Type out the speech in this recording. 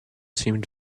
seemed